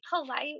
polite